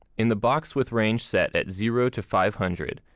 in the box with range set at zero to five hundred,